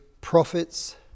prophets